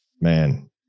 man